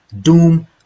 doom